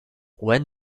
when